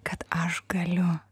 kad aš galiu